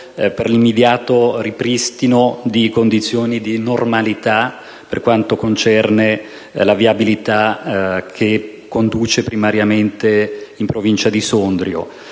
per l'immediato ripristino di condizioni di normalità per la viabilità che conduce primariamente in Provincia di Sondrio.